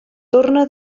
torne